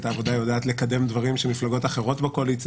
העבודה יודעת לקדם דברים שמפלגות אחרות בקואליציה